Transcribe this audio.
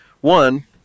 One